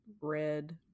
red